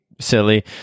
silly